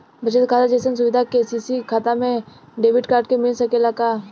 बचत खाता जइसन सुविधा के.सी.सी खाता में डेबिट कार्ड के मिल सकेला का?